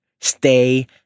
Stay